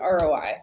ROI